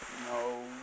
No